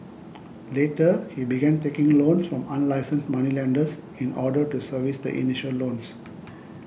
later he began taking loans from unlicensed moneylenders in order to service the initial loans